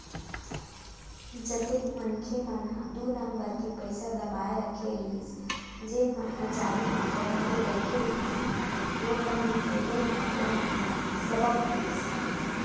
जतेक मनखे मन ह दू नंबर के पइसा दबाए रखे रहिस जेन मन ह जाली मुद्रा धरे बइठे रिहिस हे नोटबंदी के होय म ओमन ल सबक मिलिस